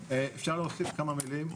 אפשר להוסיף כמה מילים?